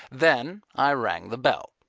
then i rang the bell.